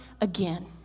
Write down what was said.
again